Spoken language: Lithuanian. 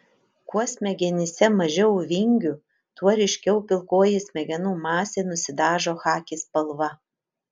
kuo smegenyse mažiau vingių tuo ryškiau pilkoji smegenų masė nusidažo chaki spalva